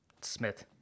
Smith